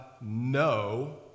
no